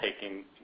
taking